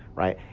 right?